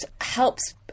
helps